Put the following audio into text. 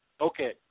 okay